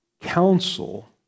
counsel